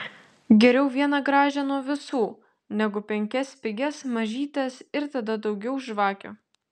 geriau vieną gražią nuo visų negu penkias pigias mažytes ir tada daugiau žvakių